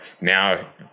now